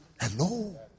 hello